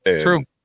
True